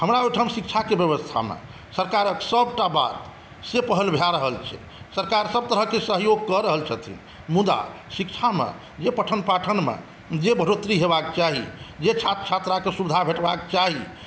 हमर ओहिठाम शिक्षाके व्यवस्थामे सरकारक सभटा बात से पहल भए रहल छै सरकार सभ तरहक सहयोग कऽ रहल छथिन मुदा शिक्षामे जे पठन पाठनमे जे बढ़ोतरी हेबाक चाही जे छात्र छात्राके सुविधा भेटबाक चाही